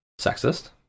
sexist